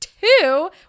Two